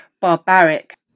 barbaric